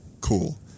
cool